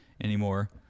anymore